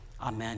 Amen